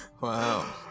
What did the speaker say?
Wow